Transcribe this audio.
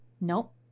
Nope